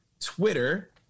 Twitter